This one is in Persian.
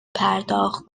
پرداخت